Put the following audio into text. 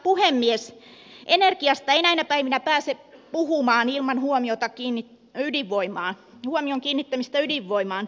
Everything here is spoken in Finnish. energiasta ei näinä päivinä pääse puhumaan ilman huomion kiinnittämistä ydinvoimaan